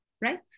Right